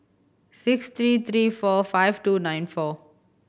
six three three four five two nine four